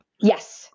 Yes